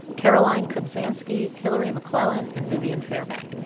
caroline kubzansky, hillary mcclellan and viviane fairbank.